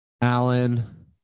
Allen